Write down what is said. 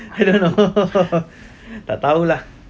I don't know tak tahu lah